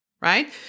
right